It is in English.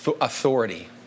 authority